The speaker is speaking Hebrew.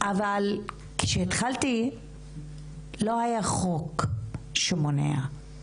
אבל כשהתחלתי לא היה חוק שמונע,